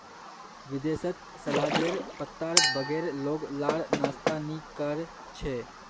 विदेशत सलादेर पत्तार बगैर लोग लार नाश्ता नि कोर छे